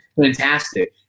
Fantastic